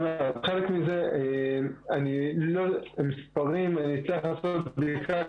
כשהמשמעות שלה היא לעשות מיפוי,